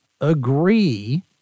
agree